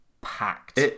packed